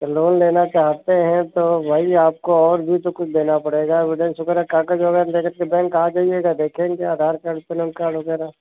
तो लोन लेना चाहते हैं तो भाई आपको और भी तो कुछ देना पड़ेगा वगैरह कागज वगैरह लेकर के बैंक आ जाइएगा देखेंगे आधार कार्ड पेन ओन कार्ड वगैरह